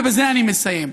ובזה אני מסיים,